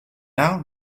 now